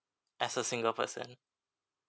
as a single person